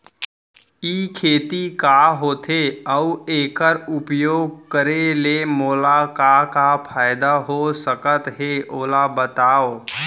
ई खेती का होथे, अऊ एखर उपयोग करे ले मोला का का फायदा हो सकत हे ओला बतावव?